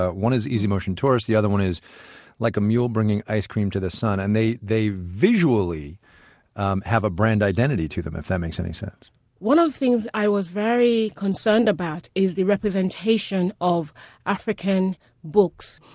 ah one is easy motion tourist, the other one is like a mule bringing ice cream to the sun, and they they visually have a brand identity to them, if that makes any sense one of the things i was very concerned about is the representation of african books,